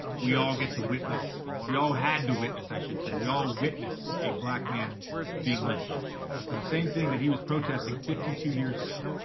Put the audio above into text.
we all get to witness, we all had to witness, i should say, we all witnessed a black man being lynched for the same thing that he was protesting fifty two years ago.